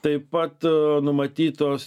taip pat numatytos